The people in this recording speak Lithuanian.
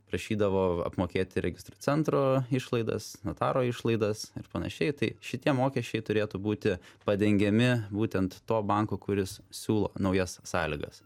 prašydavo apmokėti registrų centro išlaidas notaro išlaidas ir panašiai tai šitie mokesčiai turėtų būti padengiami būtent to banko kuris siūlo naujas sąlygas